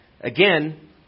again